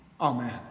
Amen